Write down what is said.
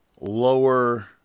lower